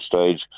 stage